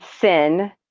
sin